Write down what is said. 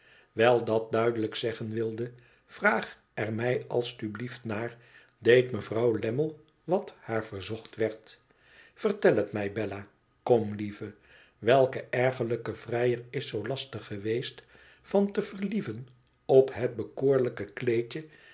wijl dat duidelijk zeggen wilde vraag er mij als t u blieft naar deed mevrouw lammie wat haar verzocht werd vertel het mij bella kom lieve welke ergerlijke vrijer is zoo lastig geweest van te verlieven op het bekoorlijke kleedje